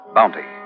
Bounty